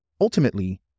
Ultimately